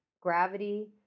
gravity